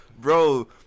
Bro